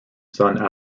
son